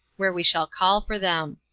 where we shall call for them,